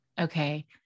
Okay